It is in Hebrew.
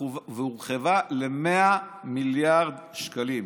והורחבה ל-100 מיליארד שקלים.